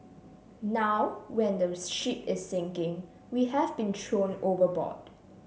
now when those ship is sinking we have been thrown overboard